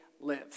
live